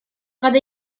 roedd